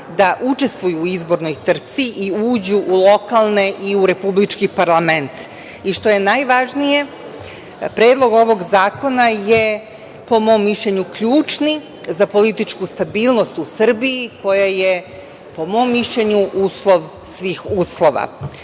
da učestvuju u izbornoj trci i uđu u lokalne i u republički parlament. Što je najvažnije, predlog ovog zakona je po mom mišljenju ključni za političku stabilnost u Srbiji koja je po mom mišljenju uslov svih